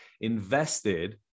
invested